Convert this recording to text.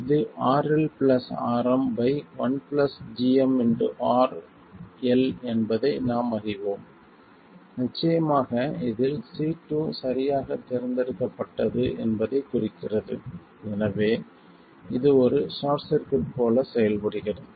இது RLRm1gmRL என்பதை நாம் அறிவோம் நிச்சயமாக இதில் C2 சரியாகத் தேர்ந்தெடுக்கப்பட்டது என்பதைக் குறிக்கிறது எனவே இது ஒரு ஷார்ட் சர்க்யூட் போல் செயல்படுகிறது